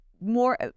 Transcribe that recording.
more